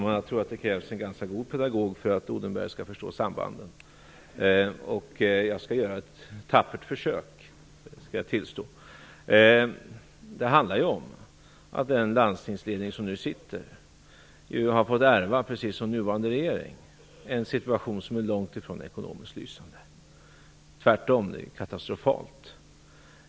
Fru talman! Det krävs nog en ganska god pedagog för att Mikael Odenberg skall förstå sambanden. Jag skall göra ett tappert försök. Det handlar ju om att den landstingsledning som nu sitter har, precis som nuvarande regering, fått ärva en situation som är långtifrån ekonomiskt lysande. Den är katastrofal.